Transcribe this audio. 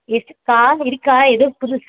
இருக்குக்கா இருக்கா எதுவும் புதுசு